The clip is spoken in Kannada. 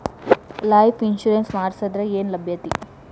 ಲೈಫ್ ಇನ್ಸುರೆನ್ಸ್ ಮಾಡ್ಸಿದ್ರ ಏನ್ ಲಾಭೈತಿ?